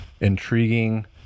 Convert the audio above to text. intriguing